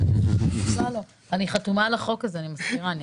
מזכירה שאני חתומה על הצעת החוק הזאת.